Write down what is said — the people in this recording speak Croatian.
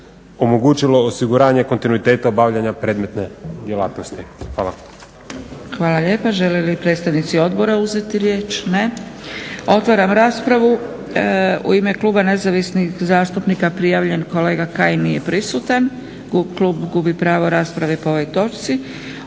omogućilo osiguranje kontinuiteta obavljanja predmetne djelatnosti. Hvala. **Zgrebec, Dragica (SDP)** Hvala lijepa. Žele li izvjestitelji odbora uzeti riječ? Ne. Otvaram raspravu. U ime Kluba nezavisnih zastupnika prijavljen kolega Kajin nije prisutan. Klub gubi pravo rasprave po ovoj točci.